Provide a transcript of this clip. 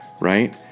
right